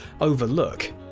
overlook